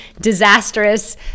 disastrous